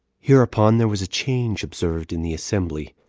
hereupon there was a change observed in the assembly,